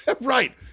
Right